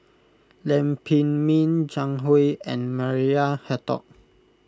Lam Pin Min Zhang Hui and Maria Hertogh